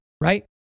right